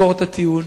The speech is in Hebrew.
עסקאות הטיעון.